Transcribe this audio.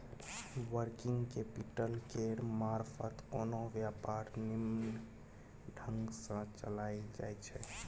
working capital केर मारफत कोनो व्यापार निम्मन ढंग सँ चलाएल जाइ छै